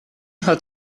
hat